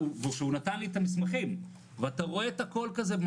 שהוא נתן לי את המסמכים ואתה רואה את הכול כזה,